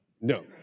No